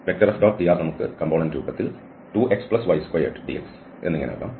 അതിനാൽ ഈ F⋅dr നമുക്ക് ഈ Component രൂപത്തിൽ 2xy2dx എന്നിങ്ങനെ ആകാം